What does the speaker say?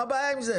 מה הבעיה עם זה?